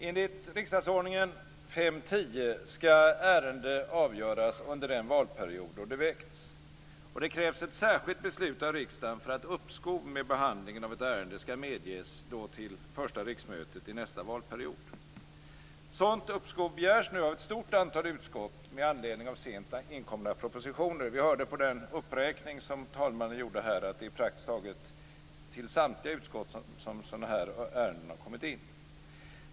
Enligt RO 5:10 skall ärende avgöras under den valperiod då det väckts. Det krävs ett särskilt beslut av riksdagen för att uppskov med behandlingen av ett ärende skall medges till första riksmötet i nästa valperiod. Sådant uppskov begärs nu av ett stort antal utskott med anledning av sent inkomna propositioner. Vi hörde av den uppräkning som talmannen gjorde att det praktiskt taget är till alla utskott som sådana ärenden har kommit in.